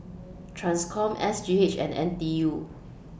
TRANSCOM S G H and N T U